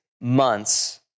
months